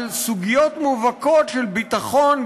בסוגיות מובהקות של ביטחון,